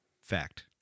Fact